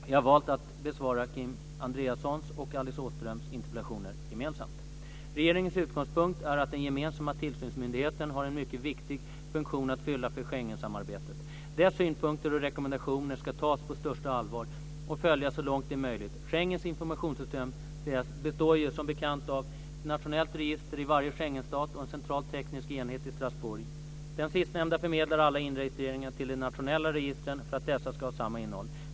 Jag har valt att besvara Kia Andreassons och Regeringens utgångspunkt är att den gemensamma tillsynsmyndigheten har en mycket viktig funktion att fylla för Schengensamarbetet. Dess synpunkter och rekommendationer ska tas på största allvar och följas så långt det är möjligt. Schengens informationssystem, SIS, består som bekant av ett nationellt register i varje Schengenstat och en central teknisk enhet i Strasbourg. Den sistnämnda förmedlar alla inregistreringar till de nationella registren för att dessa ska ha samma innehåll.